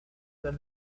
then